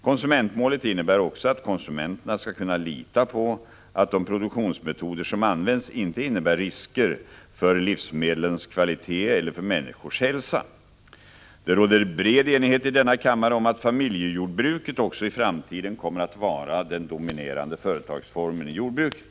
Konsumentmålet innebär också att konsumenterna skall kunna lita på att de produktionsmetoder som används inte innebär risker för livsmedlens kvalitet eller för människors hälsa. Det råder bred enighet i denna kammare om att familjejordbruket också i framtiden kommer att vara den dominerande företagsformen i jordbruket.